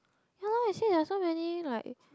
yeah lor you see there are so many like